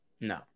No